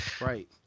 Right